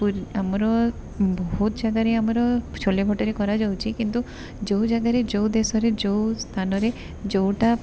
ଆମର ବହୁତ ଜାଗାରେ ଆମର ଛୋଲେ ଭଟୁରେ କରାଯାଉଛି କିନ୍ତୁ ଯେଉଁ ଜାଗାରେ ଯେଉଁ ଜାଗାରେ ଯେଉଁ ସ୍ଥାନରେ ଯେଉଁଟା